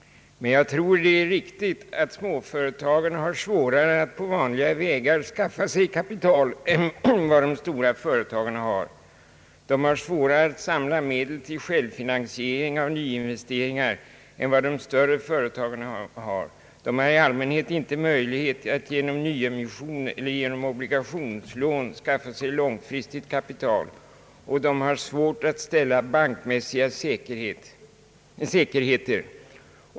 Men jag tror att det är riktigt att småföretagarna har svårare att på vanliga vägar skaffa sig kapital än vad de stora företagarna har. De har svårare att samla medel till självfinansiering av nyinvesteringar än vad de större företagarna har, de har i allmänhet inte möjlighet att genom nyemission eller genom obligationslån skaffa sig långfristigt kapital, och de har svårt att ställa bankmässiga säkerheter.